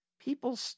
people